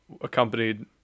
accompanied